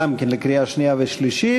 גם כן לקריאה שנייה ושלישית,